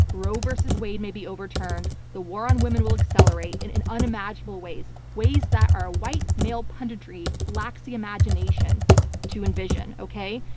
roe versus wade may be overturned, the war on women will accelerate in in unimaginable ways, ways that a white male punditry lacks the imagination to envision. okay?